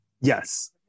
Yes